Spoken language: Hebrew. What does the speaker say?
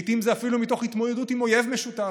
לעיתים זה אפילו מתוך התמודדות עם אויב משותף,